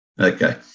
okay